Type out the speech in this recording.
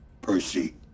Percy